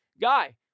Guy